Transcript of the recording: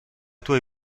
tuoi